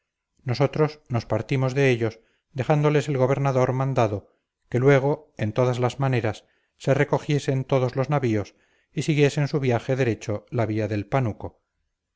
nosotros nos partimos de ellos dejándoles el gobernador mandado que luego en todas maneras se recogiesen todos los navíos y siguiesen su viaje derecho la vía del pánuco